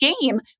game